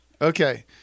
Okay